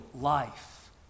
life